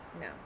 No